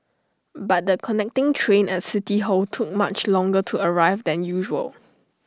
but the connecting train at city hall took much longer to arrive than usual